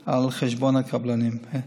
על חשבון הקבלנים.